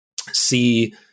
see